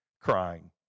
crying